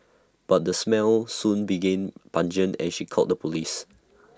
but the smell soon became pungent and she called the Police